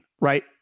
right